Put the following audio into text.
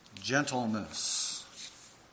gentleness